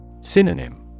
Synonym